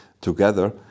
together